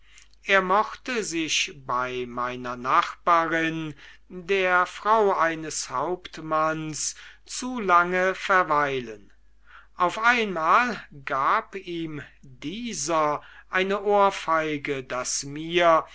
er mochte sich bei meiner nachbarin der frau eines hauptmanns zu lange verweilen auf einmal gab ihm dieser eine ohrfeige daß mir